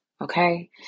Okay